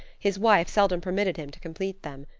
his wife seldom permitted him to complete them.